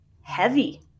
heavy